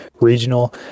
regional